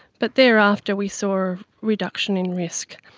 but thereafter we saw a reduction in risk.